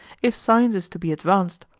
if science is to be advanced,